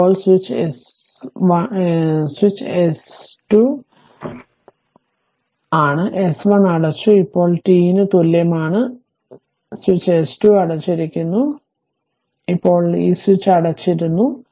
ഇപ്പോൾ switch S switch S 2 അടുത്താണ് S 1 അടച്ചു ഇപ്പോൾ t ന് തുല്യമാണ് 0 സ്വിച്ച് S 2 അടച്ചിരിക്കുന്നു ഇപ്പോൾ ഈ സ്വിച്ച് അടച്ചിരിക്കുന്നു